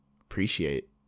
appreciate